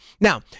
Now